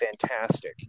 fantastic